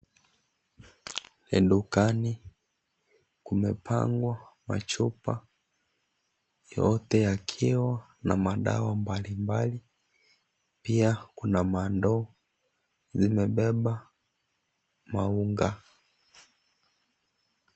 Ni dukani, kumepangwa, machupa yote yakiwa na madawa mbalimbali, pia kuna mandoo zimebeba maunga.